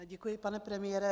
Děkuji, pane premiére.